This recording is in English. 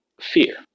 fear